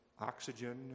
oxygen